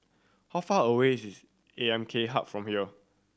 how far away is A M K Hub from here